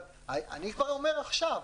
אני אומר כבר עכשיו,